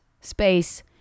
space